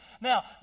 Now